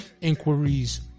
inquiries